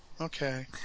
okay